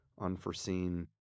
unforeseen